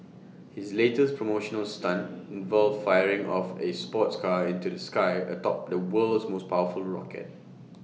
his latest promotional stunt involved firing off A sports car into the sky atop the world's most powerful rocket